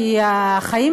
כי החיים,